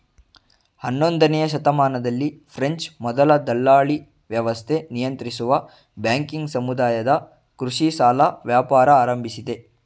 ಹನ್ನೊಂದನೇಯ ಶತಮಾನದಲ್ಲಿ ಫ್ರೆಂಚ್ ಮೊದಲ ದಲ್ಲಾಳಿವ್ಯವಸ್ಥೆ ನಿಯಂತ್ರಿಸುವ ಬ್ಯಾಂಕಿಂಗ್ ಸಮುದಾಯದ ಕೃಷಿ ಸಾಲ ವ್ಯಾಪಾರ ಆರಂಭಿಸಿದೆ